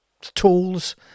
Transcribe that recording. tools